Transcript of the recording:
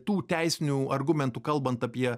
tų teisinių argumentų kalbant apie